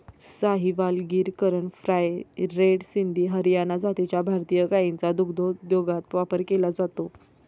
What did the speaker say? Sahiwal, Gir, Karan Fries, red Sindhi, Haryana जातीच्या भारतीय गायींचा दुग्धोद्योगात वापर केला जातो